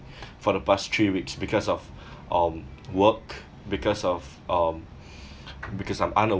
for the past three weeks because of um work because of um because I'm una~